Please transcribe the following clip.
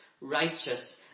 righteous